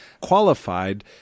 qualified